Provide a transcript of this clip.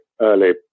early